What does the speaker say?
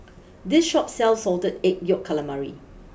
this Shop sells Salted Egg Yolk Calamari